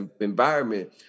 environment